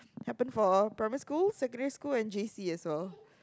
happen for primary school secondary school and J_C as well